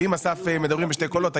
ואם אסף מדברים בשני קולות,